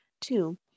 Two